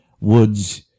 woods